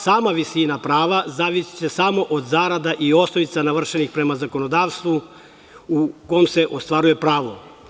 Sama visina prava zavisiće samo od zarada i osnovica navršenih prema zakonodavstvu u kom se ostvaruje pravo.